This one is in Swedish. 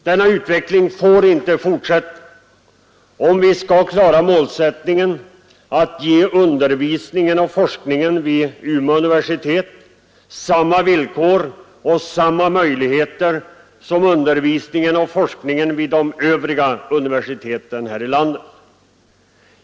Denna utveckling får inte fortsätta, om vi skall klara målsättningen att ge undervisningen och forskningen vid Umeå universitet samma villkor och samma möjligheter som undervisningen och forskningen vid de övriga universiteten i landet.